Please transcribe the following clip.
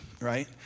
right